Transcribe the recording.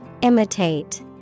Imitate